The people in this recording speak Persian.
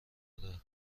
آره